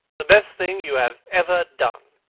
the best thing you have ever done,